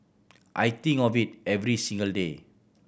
I think of it every single day